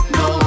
no